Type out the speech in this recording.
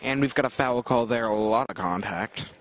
and we've got a foul call there a lot of contact